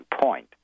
point